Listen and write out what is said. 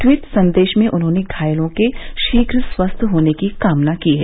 tweet संदेश में उन्होंने घायलों के शीघ्र स्वस्थ होने की कामना की है